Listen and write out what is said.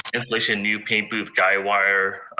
inflation, new paint booth, guy-wire,